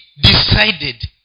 decided